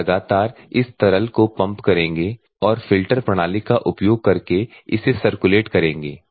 आप लगातार इस तरल को पंप करेंगे और फ़िल्टर प्रणाली का उपयोग करके इसे सर्कुलेट करेंगे